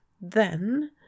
then